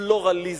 פלורליזם.